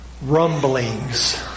rumblings